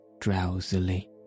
drowsily